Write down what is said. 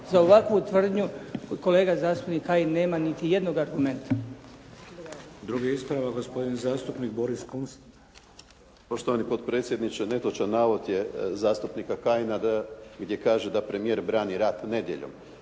Za ovakvu tvrdnju kolega zastupnik Kajin nema niti jednog argumenta. **Šeks, Vladimir (HDZ)** Drugi ispravak gospodin zastupnik Boris Kunst. **Kunst, Boris (HDZ)** Poštovani potpredsjedniče netočan navod je zastupnika Kajina da, gdje kaže da premijer brani rad nedjeljom.